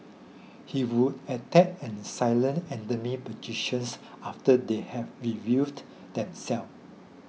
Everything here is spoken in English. he would attack and silence enemy positions after they had revealed themselves